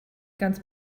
ganz